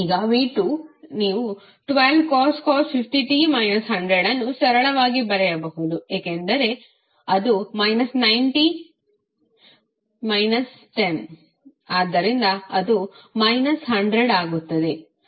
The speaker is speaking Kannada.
ಈಗ v2 ನೀವು 12cos ಅನ್ನು ಸರಳವಾಗಿ ಬರೆಯಬಹುದು ಏಕೆಂದರೆ ಅದು 10 90 ಆದ್ದರಿಂದ ಅದು 100 ಆಗುತ್ತದೆ